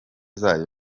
zayo